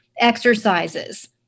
exercises